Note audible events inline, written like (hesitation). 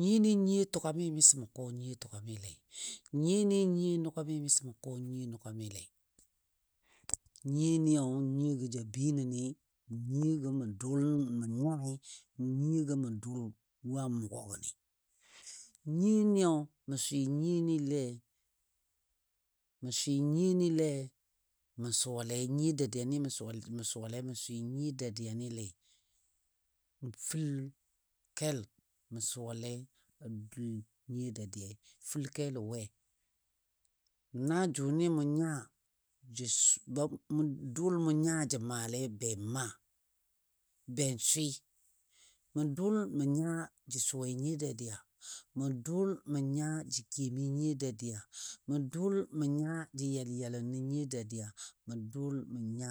nyiyoni nyiyo tugami miso mə kɔ nyiyo tugamile, nyiyoni, nyiyo nugami miso mə kɔ nyiyo nugamile. Nyiyoniyo nyiyogɔ ja bəi nənɨ, nyiyogɔ mə dʊl mə nyai, nyiyogɔ mə dʊl wo a mʊgɔ gənɨ. Nyiyoni, mə swɨ nyiyonile mə swɨ nyiyonile mə suwalei nyiyo dadyani ma suwale mə swɨ nyiyo dadiyanile. N fəl kel mə suwale a dul nyiyo dadiya Fəl kelo we? Na jʊnɨ nya jə (hesitation) mou dʊl mou nya jə maalei ben maa, ben swɨ. Mə dʊl mə nya jə kiyomi nyiyo dadiya, mə dʊl mə nya yalyalən nə nyiyo dadiya mə dʊl mə nya.